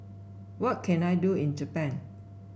what can I do in Japan